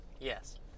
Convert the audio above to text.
Yes